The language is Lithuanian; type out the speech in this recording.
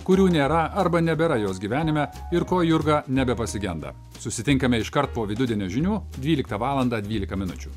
kurių nėra arba nebėra jos gyvenime ir ko jurga nebepasigenda susitinkame iškart po vidudienio žinių dvyliktą valandą dvylika minučių